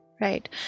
right